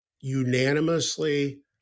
unanimously